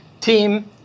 team